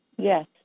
Yes